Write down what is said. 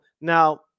Now